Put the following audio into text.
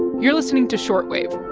you're listening to short wave